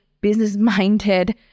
business-minded